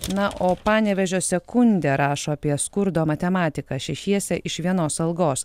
na o panevėžio sekundė rašo apie skurdo matematiką šešiese iš vienos algos